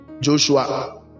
Joshua